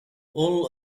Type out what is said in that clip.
all